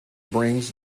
brings